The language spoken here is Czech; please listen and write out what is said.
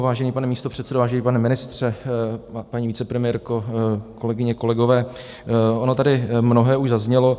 Vážený pane místopředsedo, vážený pane ministře, paní vicepremiérko, kolegyně, kolegové, ono tady mnohé už zaznělo.